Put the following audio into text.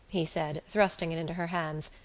he said, thrusting it into her hands,